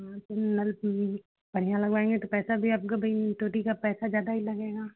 हाँ तो नल पूरी बढ़िया लगवाएँगे तो पैसा भी आपका भी टोटी का पैसा ज़्यादा ही लगेगा